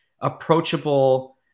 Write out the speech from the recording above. approachable